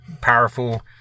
powerful